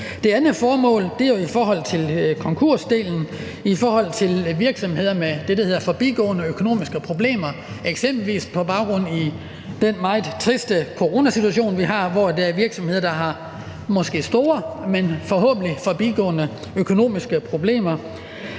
Det andet formål angår konkursdelen for virksomheder med det, der hedder forbigående økonomiske problemer, eksempelvis på baggrund af den meget triste coronasituation, vi har, hvor der er virksomheder, der har måske store, men forhåbentlig forbigående økonomiske problemer.